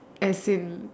as in